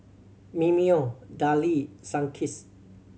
Mimeo Darlie Sunkist